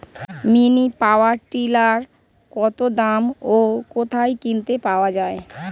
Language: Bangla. মিনি পাওয়ার টিলার কত দাম ও কোথায় কিনতে পাওয়া যায়?